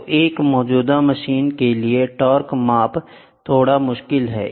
तो एक मौजूदा मशीन के लिए टार्क माप थोड़ा मुश्किल है